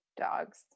Dogs